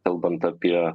kalbant apie